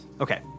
Okay